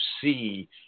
see